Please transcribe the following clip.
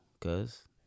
Cause